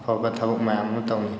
ꯑꯐꯕ ꯊꯕꯛ ꯃꯌꯥꯝ ꯑꯃ ꯇꯧꯋꯤ